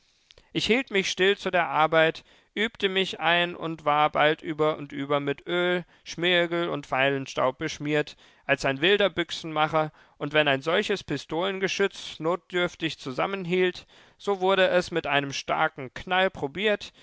ich hielt mich still zu der arbeit übte mich ein und war bald über und über mit öl schmirgel und feilenstaub beschmiert als ein wilder büchsenmacher und wenn ein solches pistolengeschütz notdürftig zusammenhielt so wurde es mit einem starken knall probiert